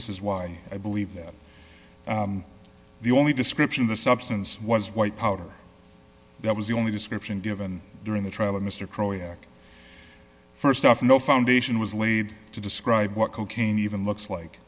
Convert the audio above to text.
this is why i believe that the only description of the substance was white powder that was the only description given during the trial of mr croy first off no foundation was laid to describe what cocaine even looks like